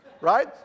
right